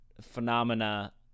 phenomena